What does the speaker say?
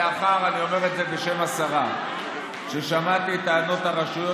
לאחר ששמעתי את טענות הרשויות,